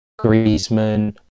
Griezmann